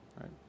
right